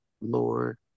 Lord